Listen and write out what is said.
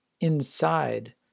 inside